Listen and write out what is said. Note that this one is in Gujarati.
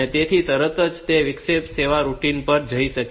તેથી તે તરત જ તે વિક્ષેપિત સેવા રૂટિન પર જઈ શકે છે